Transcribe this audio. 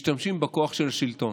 משתמשים בכוח של שלטון.